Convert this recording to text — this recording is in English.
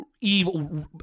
evil